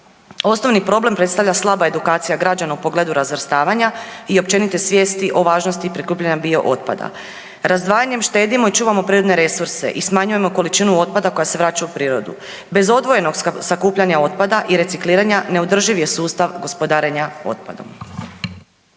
Osnovni problem predstavlja slaba edukacija građana u pogledu razvrstavanja i općenite svijesti o važnosti prikupljanja biootpada. Razdvajanjem štedimo i čuvamo prirodne resurse i smanjujemo količinu otpada koja se vraća u prirodu. Bez odvojenog sakupljanja otpada i recikliranja neodrživ je sustav gospodarenja otpadom.